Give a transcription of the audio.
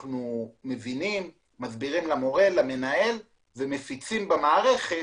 מסבירים למורה, למנהל ומפיצים במערכת